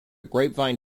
grapevine